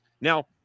Now